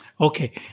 Okay